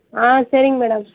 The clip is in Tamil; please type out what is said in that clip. ஆ சரிங்க மேடம்